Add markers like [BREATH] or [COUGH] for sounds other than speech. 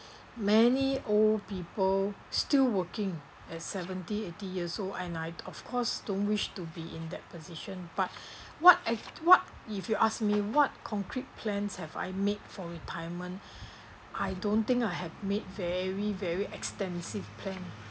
many old people still working at seventy eighty years old I'd of course don't wish to be in that position but what eh what if you ask me what concrete plans have I made for retirement [BREATH] I don't think I have made very very extensive plan